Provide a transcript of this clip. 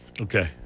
Okay